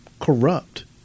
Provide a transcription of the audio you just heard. corrupt